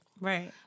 Right